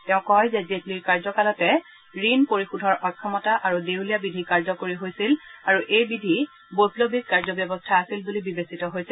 তেওঁ কয় যে জেটলীৰ কাৰ্যকালতে ঋণ পৰিশোধৰ অক্ষমতা আৰু দেউলীয়া বিধি কাৰ্যকৰী হৈছিল আৰু এই বিধি বৈপ্লৱিক কাৰ্যব্যৱস্থা আছিল বুলি বিবেচিত হৈছে